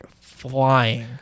flying